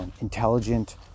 intelligent